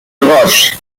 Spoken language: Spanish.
ross